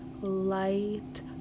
light